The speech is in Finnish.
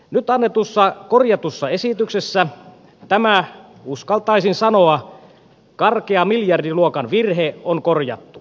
nyt annetussa korjatussa esityksessä tämä uskaltaisin sanoa karkea miljardiluokan virhe on korjattu